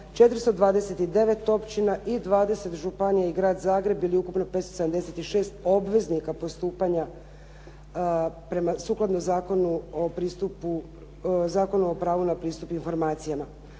429 općina i 20 županija i Grad Zagreb bilo je ukupno 576 obveznika postupanja sukladno Zakonu o pravu na pristup informacijama,